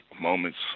moments